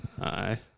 Aye